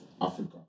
Africa